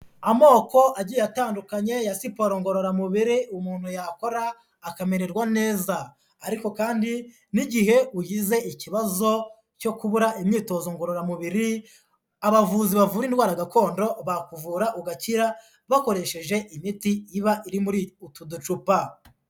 Amoko agiye atandukanye ya siporo ngororamubiri umuntu yakora akamererwa neza, ariko kandi n'igihe ugize ikibazo cyo kubura imyitozo ngororamubiri, abavuzi bavura indwara gakondo bakuvura ugakira bakoresheje imiti iba iri muri utu ducupa.